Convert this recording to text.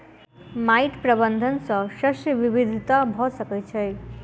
माइट प्रबंधन सॅ शस्य विविधता भ सकै छै